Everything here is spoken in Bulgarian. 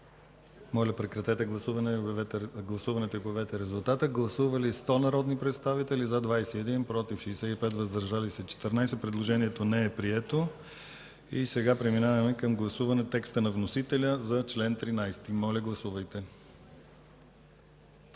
представители, което Комисията не подкрепя. Гласували 100 народни представители: за 21, против 65, въздържали се 14. Предложението не е прието. Сега преминаваме към гласуване текста на вносителя за чл. 13. Моля, гласувайте.